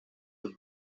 the